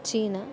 China